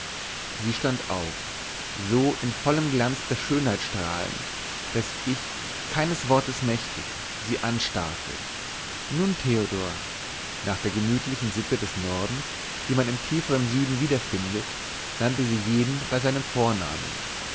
sie stand auf so in vollem glanz der schönheit strahlend daß ich keines wortes mächtig sie anstarrte nun theodor nach der gemütlichen sitte des nordens die man im tieferen süden wiederfindet nannte sie jeden bei seinem vornamen